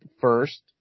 first